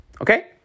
okay